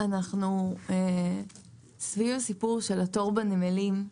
אנחנו סביב הסיפור של התור בנמלים.